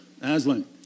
Aslan